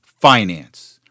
finance